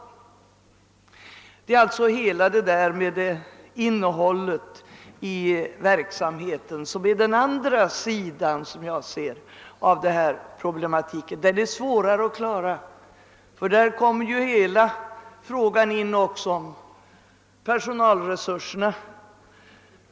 Det gäller alltså innehållet i verksamheten. Denna sida är svårare att klara, ty där kommer ju också hela frågan om personalresurserna in.